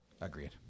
Agreed